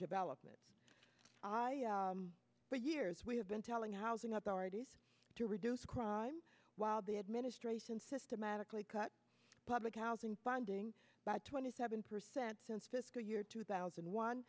development for years we have been telling housing authorities to reduce crime while the administration systematically cut public housing funding by twenty seven percent since fiscal year two thousand